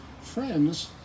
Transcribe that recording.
Friends